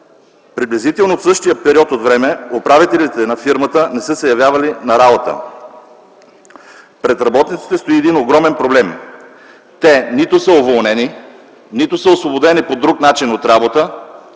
Приблизително за същия период от време управителите на фирмата не са се явявали на работа. Пред работниците стои един основен проблем – те нито са уволнени, нито са освободени по друг начин от работа,